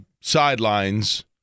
sidelines